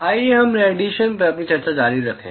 आइए हम रेडिएशन पर अपनी चर्चा जारी रखें